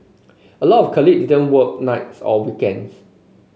a lot of colleague didn't work nights or weekends